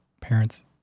parent's